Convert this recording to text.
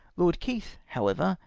lord keith, however,